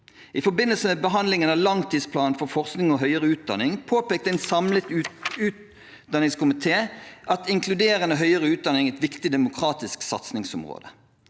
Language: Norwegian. I forbindelse med behandlingen av langtidsplanen for forskning og høyere utdanning påpekte en samlet utdanningskomité at inkluderende høyere utdanning er et viktig demokratisk satsingsområde.